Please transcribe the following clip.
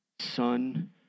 son